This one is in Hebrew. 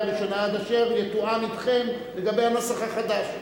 ראשונה עד אשר יתואם אתכם לגבי הנוסח החדש.